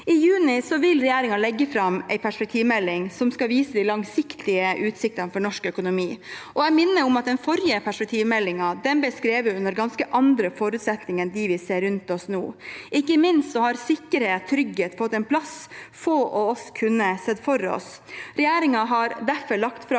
I juni vil regjeringen legge fram en perspektivmelding som skal vise de langsiktige utsiktene for norsk økonomi. Jeg minner om at den forrige perspektivmeldingen ble skrevet under ganske andre forutsetninger enn dem vi ser rundt oss nå. Ikke minst har sikkerhet og trygghet fått en plass få av oss kunne sett for seg. Regjeringen har derfor lagt fram